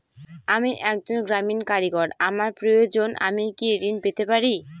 আমি একজন গ্রামীণ কারিগর আমার প্রয়োজনৃ আমি কি ঋণ পেতে পারি?